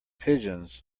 pigeons